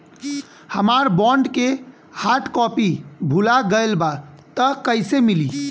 हमार बॉन्ड के hard copy भुला गएलबा त कैसे मिली?